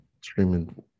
streaming